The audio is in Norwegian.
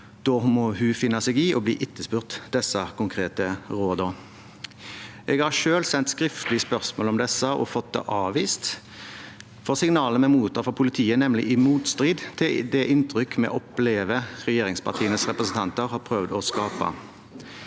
Da må hun finne seg i at man etterspør disse konkrete rådene. Jeg har selv sendt skriftlig spørsmål om disse, og det har blitt avvist. Signalet vi mottar fra politiet, står nemlig i motstrid til det inntrykket vi opplever at regjeringspartienes representanter har prøvd å skape.